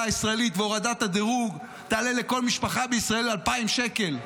הישראלית ועל הורדת הדירוג תעלה לכל משפחה בישראל 2,000 שקל בשנה?